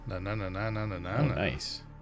Nice